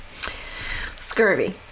scurvy